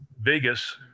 Vegas